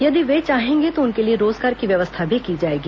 यदि वे चाहेंगे तो उनके लिए रोजगार की व्यवस्था भी की जाएगी